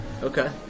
Okay